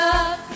up